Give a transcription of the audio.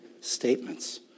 statements